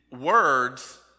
words